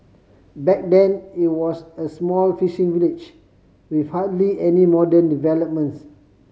back then it was an small fishing village with hardly any modern developments